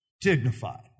dignified